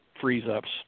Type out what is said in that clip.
freeze-ups